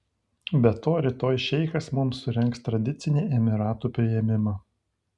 be to rytoj šeichas mums surengs tradicinį emyratų priėmimą